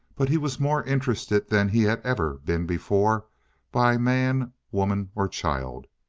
but he was more interested than he had ever been before by man, woman, or child.